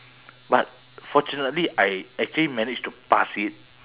but fortunately I actually managed to pass it